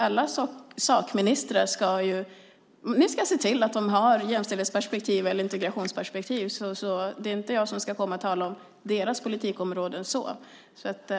Alla sakministrar ska se till att ha ett jämställdhets och integrationsperspektiv - det är inte jag som ska komma och tala om deras politikområden så fort det gäller integration eller jämställdhet.